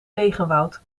regenwoud